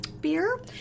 beer